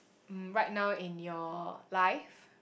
mm right now in your life